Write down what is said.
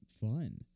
fun